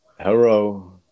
Hello